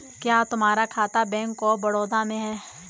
क्या तुम्हारा खाता बैंक ऑफ बड़ौदा में है?